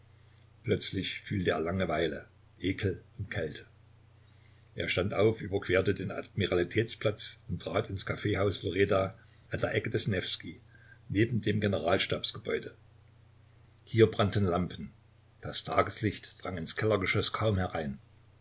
plötzlich fühlte er langeweile ekel und kälte er stand auf überquerte den admiralitätsplatz und trat ins kaffeehaus loreda an der ecke des newskij neben dem generalstabsgebäude hier brannten lampen das tageslicht drang ins kellergeschoß kaum herein